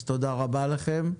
אז תודה רבה לכם,